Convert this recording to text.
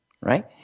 Right